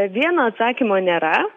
vieno atsakymo nėra